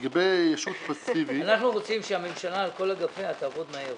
לגבי ישות פסיבית -- אנחנו רוצים שהממשלה על כל אגפיה תעבוד מהר